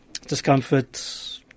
discomfort